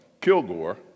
Kilgore